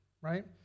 right